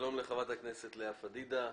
שלום לחברת הכנסת לאה פדידה,